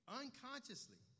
unconsciously